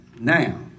Now